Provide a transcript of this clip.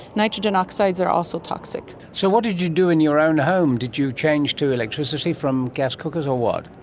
nitrogen oxides are also toxic. so what did you do in your own home? did you change to electricity from gas cookers or what?